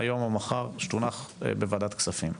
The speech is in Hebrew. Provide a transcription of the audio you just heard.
היום או מחר שתונח בוועדת כספים.